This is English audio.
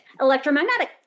electromagnetic